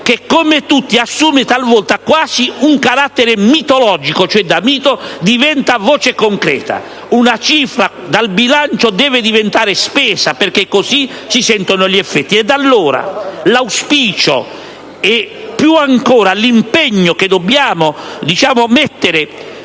che assume talvolta quasi un carattere mitologico, diventerà voce concreta. Una cifra dal bilancio deve diventare spesa, perché così si sentono gli effetti. Allora, l'auspicio e, più ancora, l'impegno che dobbiamo mettere